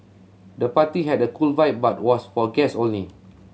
the party had a cool vibe but was for guests only